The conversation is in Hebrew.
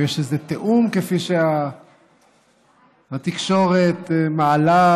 אם יש איזה תיאום כמו הספקולציות שהתקשורת מעלה.